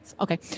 Okay